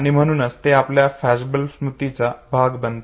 आणि म्हणूनच ते आपल्या फ्लॅशबल्ब स्मृतीचा भाग बनते